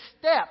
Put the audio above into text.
step